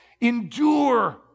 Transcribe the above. Endure